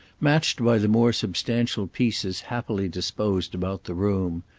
matched by the more substantial pieces happily disposed about the room.